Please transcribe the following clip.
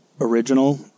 original